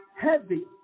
heavy